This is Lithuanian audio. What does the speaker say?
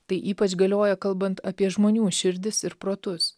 tai ypač galioja kalbant apie žmonių širdis ir protus